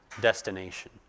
destination